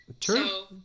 True